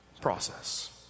process